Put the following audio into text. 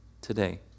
today